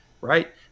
right